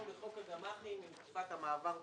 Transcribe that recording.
בחוק הגמ"חים עם תקופת המעבר וכולי.